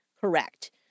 correct